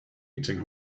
eating